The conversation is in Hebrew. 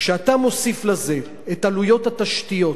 כשאתה מוסיף לזה את עלויות התשתיות,